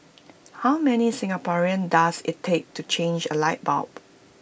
how many Singaporeans does IT take to change A light bulb